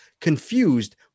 confused